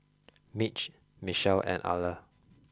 Mitch Michelle and Ala